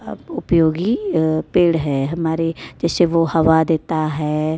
उपयोगी पेड़ है हमारे जैसे वो हवा देता है